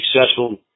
successful